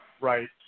right